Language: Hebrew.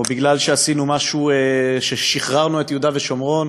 או בגלל ששחררנו את יהודה ושומרון,